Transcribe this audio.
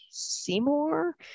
seymour